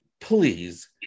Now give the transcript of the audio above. Please